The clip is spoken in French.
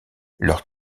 leurs